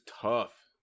tough